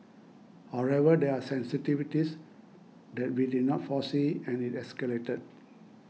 however there are sensitivities that we did not foresee and it escalated